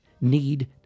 need